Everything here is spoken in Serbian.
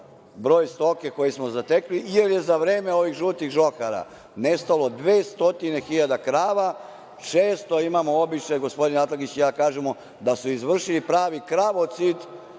broj stoke koje smo zatekli, jer je za vreme ovih žutih žohara nestalo 200 hiljada krava. Često imamo običaj gospodin Atlagić i ja da kažemo da su izvršili pravi kravocid